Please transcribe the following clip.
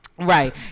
Right